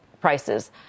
prices